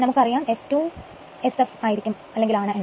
നമുക്ക് അറിയാം f2 Sf ആണ് എന്ന്